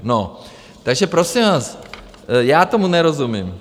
No, takže prosím vás, já tomu nerozumím.